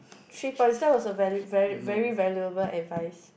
three points self was a valid very very valuable advice